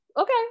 okay